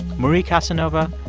marie casanova,